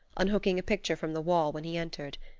unhooking a picture from the wall when he entered.